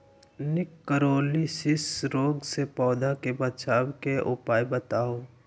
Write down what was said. निककरोलीसिस रोग से पौधा के बचाव के उपाय बताऊ?